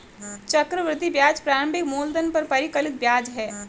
चक्रवृद्धि ब्याज प्रारंभिक मूलधन पर परिकलित ब्याज है